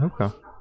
Okay